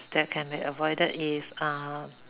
that can be avoided is